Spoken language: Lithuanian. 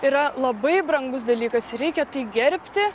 yra labai brangus dalykas ir reikia tai gerbti